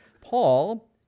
Paul